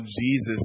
Jesus